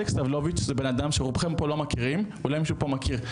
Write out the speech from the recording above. אלכס סבלוביץ' זה בנאדם שרובכם פה לא מכירים אולי מישהו פה מכיר,